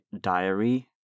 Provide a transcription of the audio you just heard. diary